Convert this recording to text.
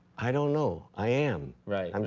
i don't know, i am. right. um